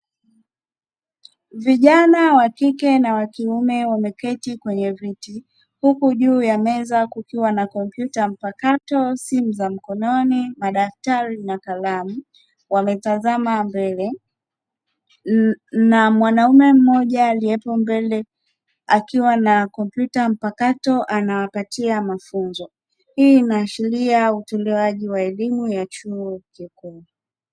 Vijana, watoto na watu wazima wameketi kwenye viti, huku juu ya meza kukiwa na kompyuta mpakato, simu za mkononi, kalamu na kalama. Wanamtazama mbele, na mwanamume mmoja aliyepo mbele akiwa na kompyuta mpakato anawapatia mafunzo. Hii inaashiria utoaji wa elimu ya chuo kikuu."